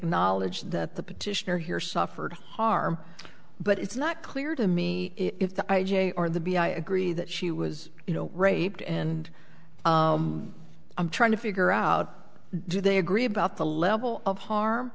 acknowledge that the petitioner here suffered harm but it's not clear to me if the i j a or the b i agree that she was you know raped and i'm trying to figure out do they agree about the level of harm